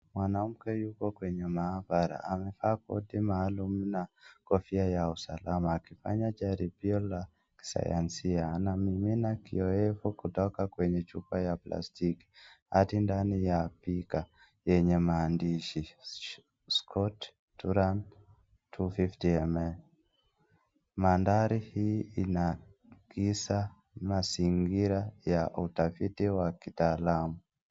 Mwanamke yuko mahabara, amevaa koti maalum na kofia ya usalama akifanya jaribio la kisayasia. Anamimina kiof kutoka kwenye chupa ya plastiki hadi ndandi ya bika[sc] yenye maandishi scout turan 250ml . Madhari hii inagiza mazingira ya utafiti wa kitalamu.